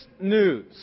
news